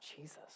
Jesus